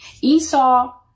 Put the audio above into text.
Esau